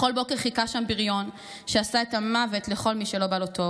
בכל בוקר חיכה שם בריון שעשה את המוות לכל מי שלא בא לו טוב,